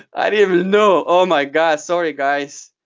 i didn't even know. oh, my gosh, sorry, guys.